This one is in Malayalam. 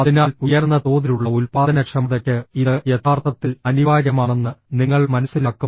അതിനാൽ ഉയർന്ന തോതിലുള്ള ഉൽപ്പാദനക്ഷമതയ്ക്ക് ഇത് യഥാർത്ഥത്തിൽ അനിവാര്യമാണെന്ന് നിങ്ങൾ മനസ്സിലാക്കും